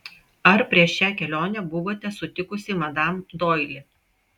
ar prieš šią kelionę buvote sutikusi madam doili